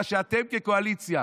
מה שאתם, כקואליציה.